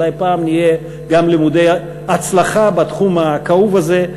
אולי הפעם נהיה גם למודי הצלחה בתחום הכאוב הזה.